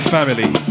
Family